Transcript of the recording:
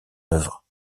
œuvre